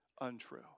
untrue